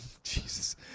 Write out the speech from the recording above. Jesus